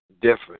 different